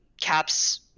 caps